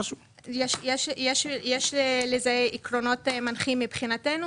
יש לזה עקרונות מנחים מבחינתנו,